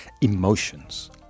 emotions